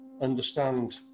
understand